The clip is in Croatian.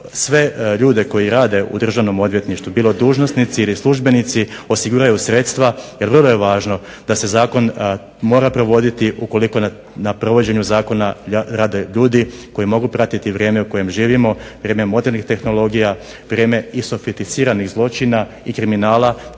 sve ljude koji rade u Državnom odvjetništvu bilo dužnosnici ili službenici osiguraju sredstva. Jer vrlo je važno da se zakon mora provoditi ukoliko na provođenju zakona rade ljudi koji mogu pratiti vrijeme u kojem živimo, vrijeme modernih tehnologija, vrijeme i sofisticiranih zločina i kriminala